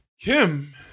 Kim